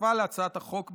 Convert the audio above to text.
התווספה להצעת החוק,